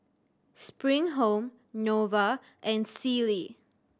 Spring Home Nova and Sealy